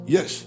Yes